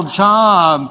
job